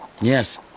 yes